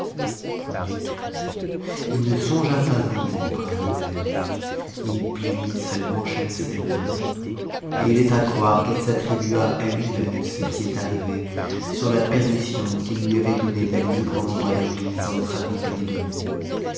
point du tout il ne songea pas un moment au prince de perse il plaignit seulement schemselnihar et il est à croire qu'il s'attribua à lui-même ce qui est arrivé sur la permission qu'il lui avait donnée d'aller librement par la ville sans être accompagnée d'eunuques